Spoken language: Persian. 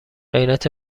غیرت